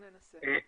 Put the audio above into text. לגבי העניין הזה.